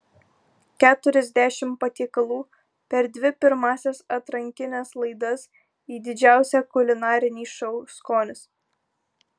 keturiasdešimt patiekalų per dvi pirmąsias atrankines laidas į didžiausią kulinarinį šou skonis